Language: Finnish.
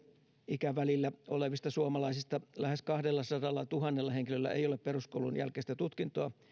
ikävälillä kaksikymmentäviisi viiva viisikymmentäneljä olevista suomalaisista lähes kahdellasadallatuhannella henkilöllä ei ole peruskoulun jälkeistä tutkintoa